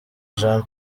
jean